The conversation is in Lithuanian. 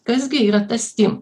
kas gi yra tas stim